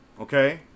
Okay